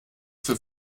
für